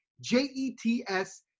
J-E-T-S